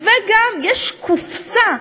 וגם יש קופסה,